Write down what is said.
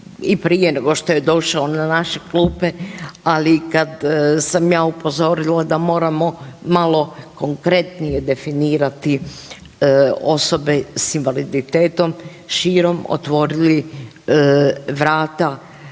i prije nego što je došao na naše klupe, ali kad sam ja upozorila da moramo malo konkretnije definirati osobe s invaliditetom širom otvorili vrata